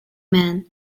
men